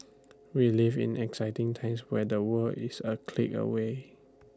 we live in exciting times where the world is A click away